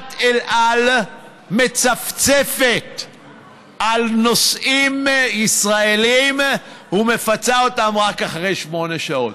וחברת אל על מצפצפת על נוסעים ישראלים ומפצה אותם רק אחרי שמונה שעות.